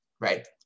right